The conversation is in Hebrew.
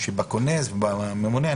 בכונס ובממונה.